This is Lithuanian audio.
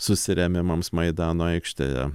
susirėmimams maidano aikštėje